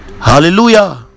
hallelujah